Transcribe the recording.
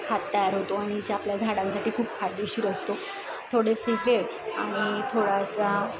खाद तयार होतो आणि जे आपल्या झाडासाठी खूप फायदेशीर असतो थोडीशी वेळ आणि थोडासा